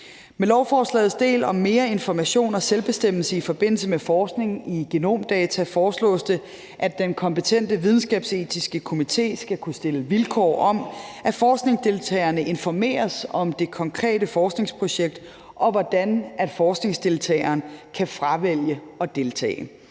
Med lovforslagets del om mere information og selvbestemmelse i forbindelse med forskning i genomdata foreslås det, at den kompetente videnskabsetiske komité skal kunne stille vilkår om, at forskningsdeltagerne informeres om det konkrete forskningsprojekt, og hvordan forskningsdeltageren kan fravælge at deltage.